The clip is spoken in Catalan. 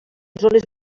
zones